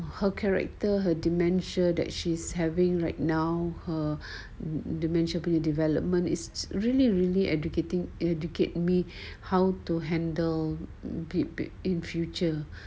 her character her dementia that she's having right now her dementia early development is really really educating educate me how to handle bi~ in future